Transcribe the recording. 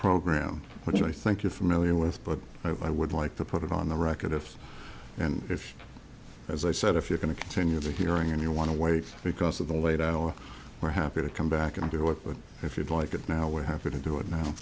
program which i think you're familiar with but i would like to put it on the record if and if as i said if you're going to continue the hearing and you want to wait because of the late hour we're happy to come back and do it but if you'd like it now we're happy to do it now